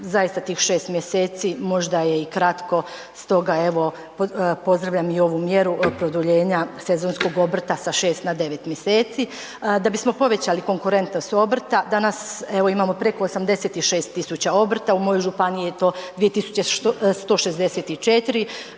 zaista tih 6 mjeseci možda je i kratko, stoga evo, pozdravljam i ovu mjeru produljenja sezonskog obrta sa 6 na 9 mjeseci. Da bismo povećali konkurentnost obrta, danas evo imamo preko 86 tisuća obrta, u mojoj županiji je to 2164.